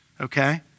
okay